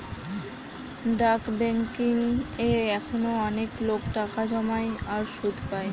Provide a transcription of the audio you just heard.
ডাক বেংকিং এ এখনো অনেক লোক টাকা জমায় আর সুধ পায়